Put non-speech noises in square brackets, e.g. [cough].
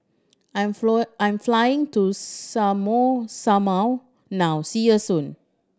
I'm flow I'm flying to [unintelligible] Samoa now see you soon